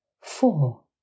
Four